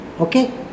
Okay